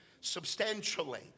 substantially